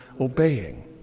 obeying